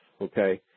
okay